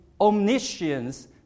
omniscience